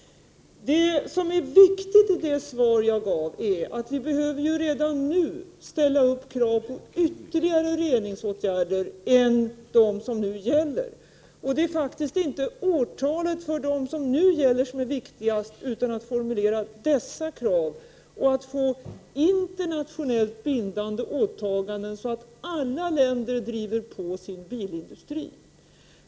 Det som är viktigt i det svar jag gav är att vi redan nu behöver ställa krav på ytterligare reningsåtgärder förutom de som gäller. Det är inte årtalet för dem som nu gäller som är viktigast, utan det är att formulera dessa krav och att få till stånd internationellt bindande åtaganden, så att alla länder driver på sin bilindustri.